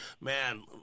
man